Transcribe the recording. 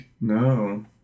No